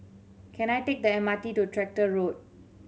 can I take the M R T to Tractor Road